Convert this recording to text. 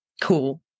cool